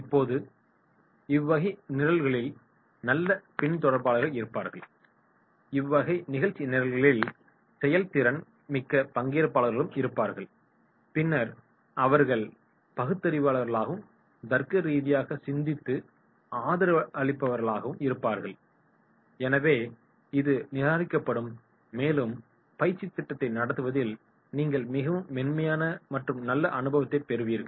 இப்போது இவ்வகை நிரல்கலில் நல்ல பின்தொடர்பாளர்கள் இருப்பார்கள் இவ்வகை நிரல்கலில் செயல்திறன் மிக்க பங்கேற்பாளர்களும் இருப்பார்கள் பின்னர் அவர்கள் பகுத்தறிவுடையவர்களாகவும் தர்க்கரீதியாக சிந்தித்து ஆதரிப்பவர்களாகவும் இருப்பார்கள் எனவே இது நிராகரிக்கப்படும் மேலும் பயிற்சி திட்டத்தை நடத்துவதில் நீங்கள் மிகவும் மென்மையான மற்றும் நல்ல அனுபவத்தை பெறுவீர்கள்